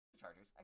Chargers